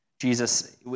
Jesus